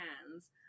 hands